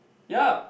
yup